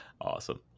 Awesome